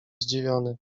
zdziwiony